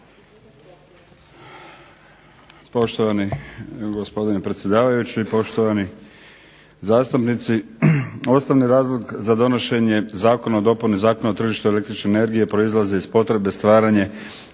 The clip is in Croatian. Poštovani gospodine predsjedavajući, poštovani zastupnici. Osnovni razlog za donošenje Zakona o dopuni zakona o tržištu električne energije proizlaze iz potreba stvaranja